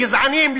גזענים,